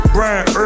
Brian